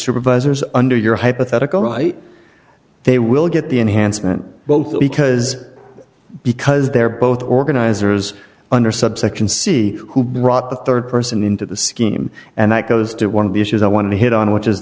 supervisors under your hypothetical they will get the enhancement both because because they're both organizers under subsection c who brought the rd person into the scheme and that goes to one of the issues i want to hit on which is